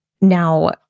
Now